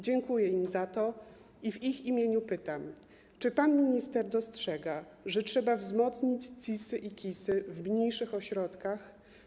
Dziękuję im za to i w ich imieniu pytam: Czy pan minister dostrzega, że trzeba wzmocnić CIS-y i KIS-y w mniejszych ośrodkach?